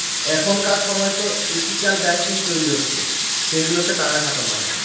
এখনকার সময়তো ethical banking তৈরী হচ্ছে সেগুলোতে টাকা খাটানো হয়